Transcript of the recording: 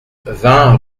vingt